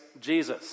Jesus